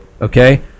Okay